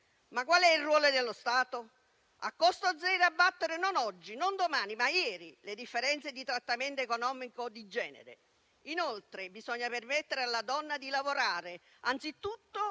Ma qual è il ruolo dello Stato? A costo zero abbattere, non oggi, non domani, ma ieri le differenze di trattamento economico di genere. Inoltre, bisogna permettere alla donna di lavorare, anzitutto